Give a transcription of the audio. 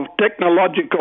technological